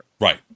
right